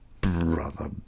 Brother